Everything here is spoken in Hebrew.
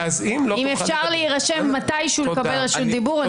אם אפשר להירשם לקבל רשות דיבור מתישהו,